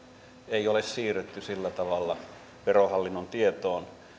ei ole siirretty sillä tavalla verohallinnon tietoon